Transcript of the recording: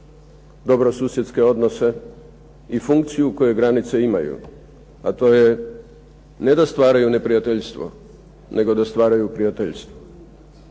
dobrosusjedske odnose i funkciju koje granice imaju, a to je ne da stvaraju neprijateljstvo nego da stvaraju prijateljstvo.